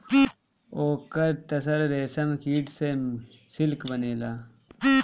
ओकर तसर रेशमकीट से सिल्क बनेला